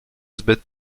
zbyt